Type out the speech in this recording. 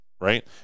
right